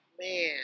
man